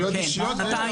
שנתיים